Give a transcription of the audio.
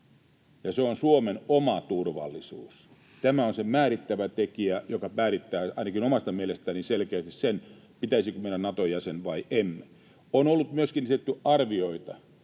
se on Suomen oma turvallisuus. Tämä on se määrittävä tekijä, joka määrittää ainakin omasta mielestäni selkeästi sen, pitäisikö meidän olla Nato-jäsen vai ei. On ollut myöskin arvioita,